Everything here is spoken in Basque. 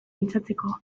pentsatzeko